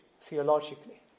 theologically